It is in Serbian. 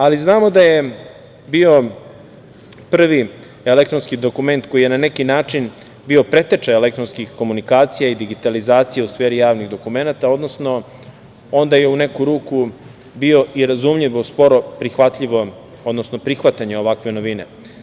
Ali, znamo da je bio prvi elektronski dokument koji je na neki način bio preteča elektronskih komunikacija i digitalizacija u sferi javnih dokumenata, odnosno onda je u neku ruku bio i razumljiv sporo prihvatljivom, odnosno prihvatanje ovakve novine.